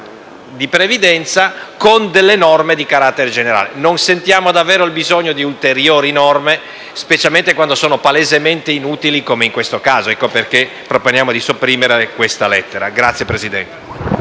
di previdenza con delle norme di carattere generale. Non sentiamo davvero il bisogno di ulteriori norme, specialmente quando sono palesemente inutili, come in questo caso. Ecco perché proponiamo di sopprimere tale lettera dall'emendamento